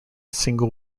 single